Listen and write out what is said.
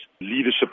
leadership